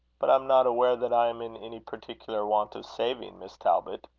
but i'm not aware that i am in any particular want of saving, miss talbot.